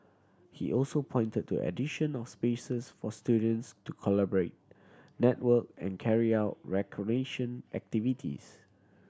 he also pointed to addition of spaces for students to collaborate network and carry out recreation activities